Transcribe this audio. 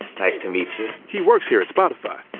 nice to meet you. he works here at spotify.